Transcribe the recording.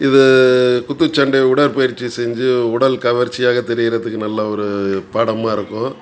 இது குத்துச்சண்டை உடற்பயிற்சி செஞ்சு உடல் கவர்ச்சியாக தெரிகிறதுக்கு நல்ல ஒரு பாடமாக இருக்கும்